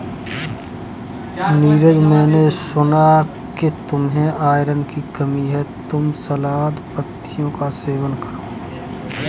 नीरज मैंने सुना कि तुम्हें आयरन की कमी है तुम सलाद पत्तियों का सेवन करो